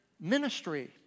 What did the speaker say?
ministry